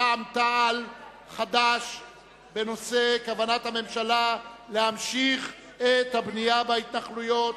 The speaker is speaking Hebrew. רע"ם-תע"ל וחד"ש בנושא: כוונת הממשלה להמשיך את הבנייה בהתנחלויות.